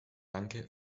danke